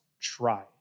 try